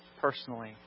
personally